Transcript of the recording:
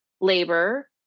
labor